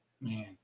Man